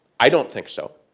i don't think so.